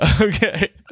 okay